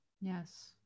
Yes